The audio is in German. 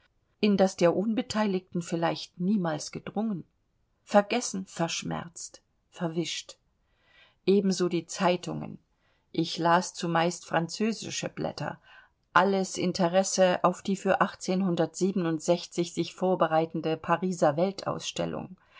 in das der unbeteiligte vielleicht niemals gedrungen vergessen verschmerzt verwischt ebenso die zeitungen ich las zumeist französische blätter alles interesse auf die für sich vorbereitende pariser weltausstellung